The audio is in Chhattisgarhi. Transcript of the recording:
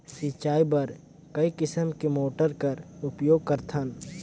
सिंचाई बर कई किसम के मोटर कर उपयोग करथन?